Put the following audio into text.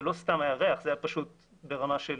זה לא היה סתם ריח, זה היה פשוט ברמה של